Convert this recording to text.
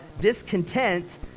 discontent